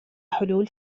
حلول